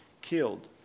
killed